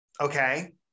okay